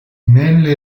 nelle